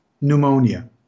pneumonia